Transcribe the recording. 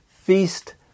feast